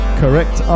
correct